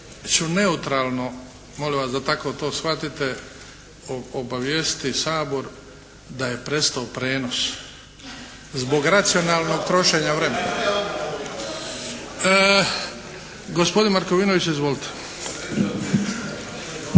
neutralno, molim vas da tako to shvatite, obavijestiti Sabor da je prestao prijenos zbog racionalnog trošenja vremena. Gospodin Markovinović, izvolite.